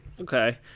Okay